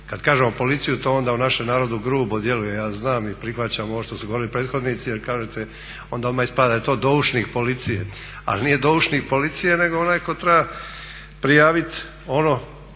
Kad kažemo policiju to onda u našem narodu grubo djeluje, znam i prihvaćam ono što su govorili prethodnici jer onda odmah ispada da je to doušnik policije. Ali nije doušnik policije nego onaj tko treba prijaviti ono